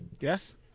yes